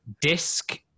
disc